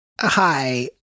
Hi